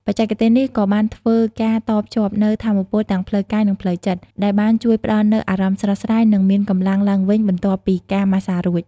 បច្ចេកទេសនេះក៏បានធ្វើការតភ្ជាប់នូវថាមពលទាំងផ្លូវកាយនិងផ្លូវចិត្ត ដែលបានជួយផ្តល់នូវអារម្មណ៍ស្រស់ស្រាយនិងមានកម្លាំងឡើងវិញបន្ទាប់ពីការម៉ាស្សារួច។